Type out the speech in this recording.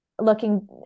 looking